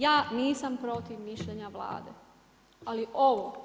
Ja nisam protiv mišljenja Vlade, ali ovo.